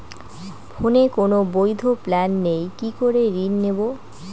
ফোনে কোন বৈধ প্ল্যান নেই কি করে ঋণ নেব?